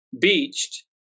beached